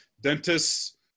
dentists